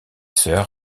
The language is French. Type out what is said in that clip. sœurs